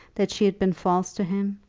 that she had been false to him,